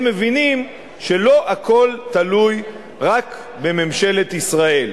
מבינים שלא הכול תלוי רק בממשלת ישראל,